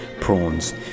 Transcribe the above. prawns